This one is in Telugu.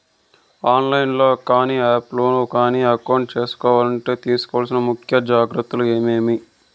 ఆన్ లైను లో కానీ ఆఫ్ లైను లో కానీ అకౌంట్ సేసుకోవాలంటే తీసుకోవాల్సిన ముఖ్యమైన జాగ్రత్తలు ఏమేమి?